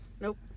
Nope